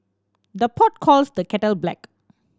the pot calls the kettle black